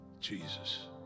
Jesus